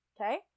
Okay